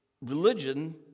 religion